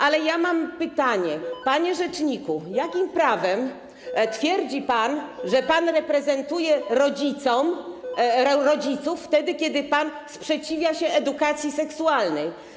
Ale ja mam pytanie: Panie rzeczniku, jakim prawem twierdzi pan, że pan reprezentuje rodziców, wtedy kiedy pan sprzeciwia się edukacji seksualnej?